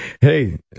Hey